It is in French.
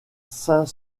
saint